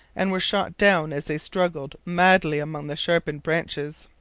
and were shot down as they struggled madly among the sharpened branches.